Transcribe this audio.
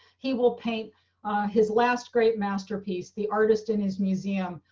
he will paint his last great masterpiece. the artist in his museum,